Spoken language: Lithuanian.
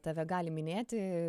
tave gali minėti